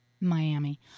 Miami